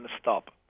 stop